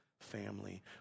family